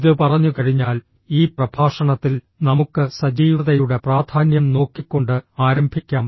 ഇത് പറഞ്ഞുകഴിഞ്ഞാൽ ഈ പ്രഭാഷണത്തിൽ നമുക്ക് സജീവതയുടെ പ്രാധാന്യം നോക്കിക്കൊണ്ട് ആരംഭിക്കാം